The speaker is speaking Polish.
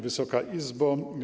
Wysoka Izbo!